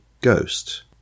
Ghost